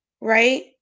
right